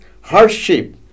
hardship